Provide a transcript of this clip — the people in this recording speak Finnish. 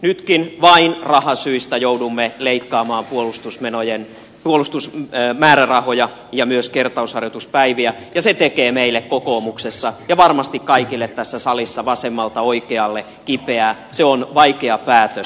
nytkin vain rahasyistä joudumme leikkaamaan puolustusmäärärahoja ja myös kertausharjoituspäiviä ja se tekee meille kokoomuksessa ja varmasti kaikille tässä salissa vasemmalta oikealle kipeää se on vaikea päätös